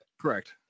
correct